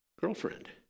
girlfriend